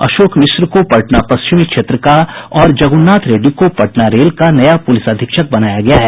अशोक मिश्र को पटना पश्चिमी क्षेत्र का और जगुन्नाथ रेड्डी को पटना रेल का नया प्रलिस अधीक्षक बनाया गया है